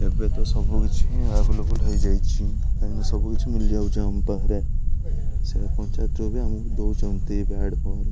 ଏବେ ତ ସବୁକିଛି ଆଭେଲେବୁଲ୍ ହେଇଯାଇଛିି କାହିଁକି ସବୁକିଛି ମିଳିଯାଉଛି ସେ ପଞ୍ଚାୟତ ବି ଆମକୁ ଦେଉଛନ୍ତି ବ୍ୟାଟ୍ ବଲ୍